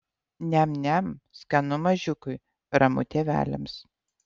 niam niam skanu mažiukui ramu tėveliams